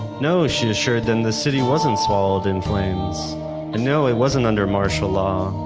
no, she assured them the city wasn't swallowed in flames and no, it wasn't under martial law.